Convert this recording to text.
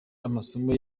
amasomo